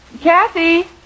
Kathy